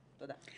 תודה.